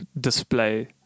display